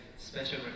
special